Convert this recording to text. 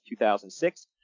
2006